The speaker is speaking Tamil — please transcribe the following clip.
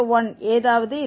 201 ஏதாவது இருந்தது